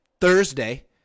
Thursday